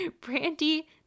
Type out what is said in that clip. Brandy